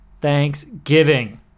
Thanksgiving